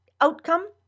outcome